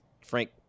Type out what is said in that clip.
Frank